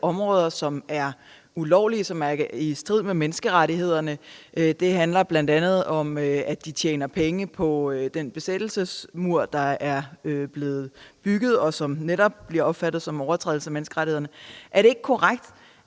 områder, som er ulovlige, som er i strid med menneskerettighederne. Det handler bl.a. om, at de tjener penge på den besættelsesmur, der er blevet bygget, og som netop bliver opfattet som overtrædelse af menneskerettighederne. Er det ikke korrekt,